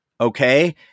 okay